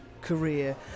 career